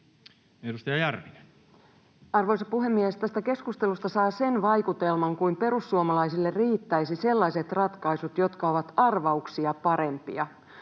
15:18 Content: Arvoisa puhemies! Tästä keskustelusta saa sen vaikutelman kuin perussuomalaisille riittäisi sellaiset ratkaisut, jotka ovat arvauksia parempia.